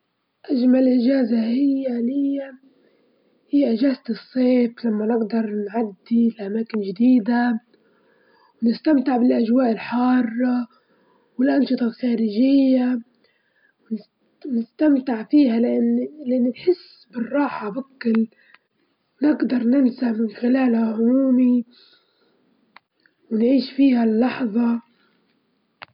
لو هنقدر نسافر أكيد بنسافر لمصر، لإن نحب نشوف ثقافتهم، ونشوف تاريخهم، ونستمتع بمعابدهم، والأهرامات وطعامهم التقليدي وحضاراتهم التاريخية العريقة.